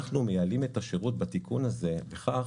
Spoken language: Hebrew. אנחנו מייעלים את השירות בתיקון הזה בכך